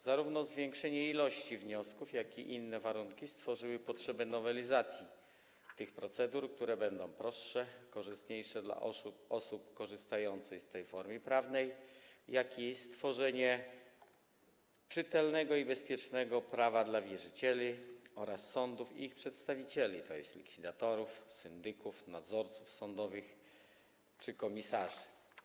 Zarówno zwiększenie ilości wniosków, jak i inne warunki spowodowały potrzebę nowelizacji tych procedur, które będą prostsze, korzystniejsze dla osób korzystających z tej formy prawnej, i stworzenie czytelnego i bezpiecznego prawa dla wierzycieli oraz sądów i ich przedstawicieli, to jest likwidatorów, syndyków, nadzorców sądowych czy komisarzy.